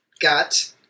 got